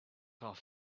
off